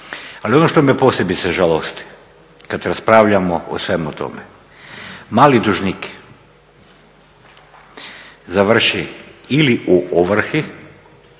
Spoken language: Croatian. Ali ono što me posebice žalosti kada raspravljamo o svemu tome, mali dužnik završi ili u ovrsi